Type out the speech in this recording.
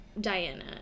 Diana